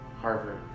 Harvard